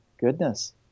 goodness